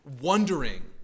wondering